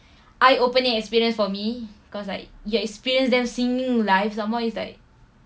eye-opening experience for me cause like you experience them singing live some more is like